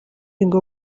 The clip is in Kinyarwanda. ngo